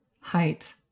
height